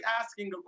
asking